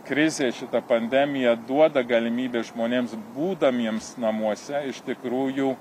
krizė šita pandemija duoda galimybę žmonėms būdamiems namuose iš tikrųjų